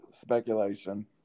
speculation